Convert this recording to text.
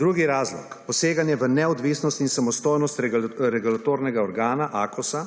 Drugi razlog - poseganje v neodvisnost in samostojnost regulatornega organa AKOSA,